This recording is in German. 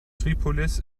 tripolis